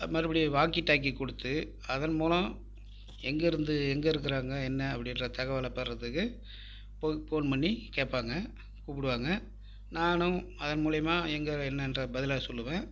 மறுபடியும் walkie talkie கொடுத்து அதன் மூலம் எங்கிருந்து எங்கே இருக்கறாங்க என்ன அப்படின்ற தகவலை பெறதுக்கு போ ஃபோன் பண்ணி கேப்பாங்க கூப்பிடுவாங்க நானும் அதன் மூலயமா எங்க என்னென்ற பதில் சொல்லுவேன்